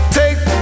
take